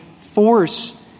force